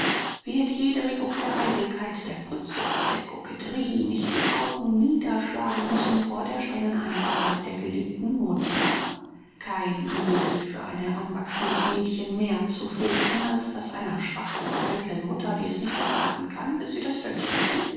wird jede regung der eitelkeit der putzsucht der koketterie nicht die augen niederschlagen müssen vor der strengen einfachheit der geliebten mutter kein uebel ist für ein heranwachsendes mädchen mehr zu fürchten als das einer schwachen und eitlen mutter die es nicht erwarten kann bis sie das töchterchen